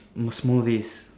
smoothies